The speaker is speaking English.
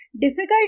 Difficult